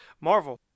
Marvel